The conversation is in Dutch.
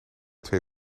twee